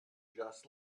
just